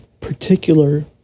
particular